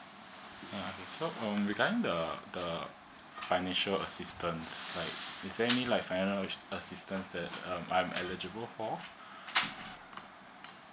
mm so um regarding the the financial assistance like is there any like financial assistance that uh I'm eligible for